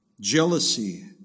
Jealousy